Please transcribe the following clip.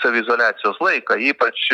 saviizoliacijos laiką ypač